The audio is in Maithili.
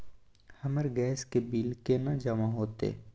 हमर गैस के बिल केना जमा होते?